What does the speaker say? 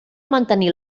mantenir